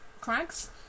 crags